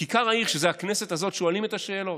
בכיכר העיר, שזה הכנסת הזאת, שואלים את השאלות.